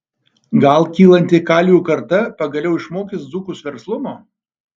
gal kylanti kalvių karta pagaliau išmokys dzūkus verslumo